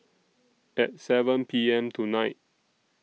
At seven P M tonight